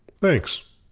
thanks.